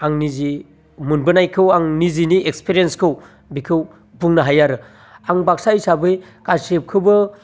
आंनि जि मोनबोनायखौ आं निजिनि एक्सपिरिन्खौ बिखौ बुंनो हायो आरो आं बाकसा हिसाबै गासिबखौबो